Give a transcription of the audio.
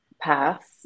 paths